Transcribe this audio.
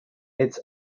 its